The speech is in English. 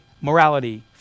morality